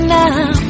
now